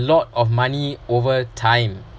lot of money over time